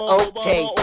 okay